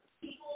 people